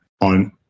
on